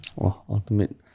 ultimate